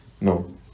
No